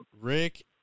rick